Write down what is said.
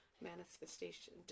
manifestation